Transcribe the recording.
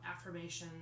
affirmations